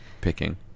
picking